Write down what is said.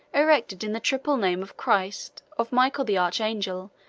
erected in the triple name of christ, of michael the archangel,